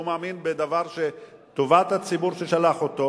שהוא מאמין בדבר שהוא לטובת הציבור ששלח אותו,